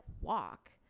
walk